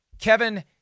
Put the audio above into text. kevin